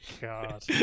God